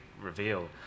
reveal